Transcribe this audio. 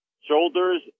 shoulders